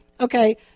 Okay